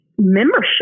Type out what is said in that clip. membership